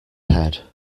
head